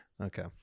okay